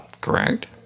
Correct